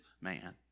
man